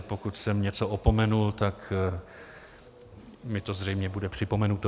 Pokud jsem něco opomenul, tak mi to zřejmě bude připomenuto.